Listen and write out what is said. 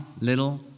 little